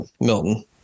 Milton